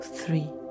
three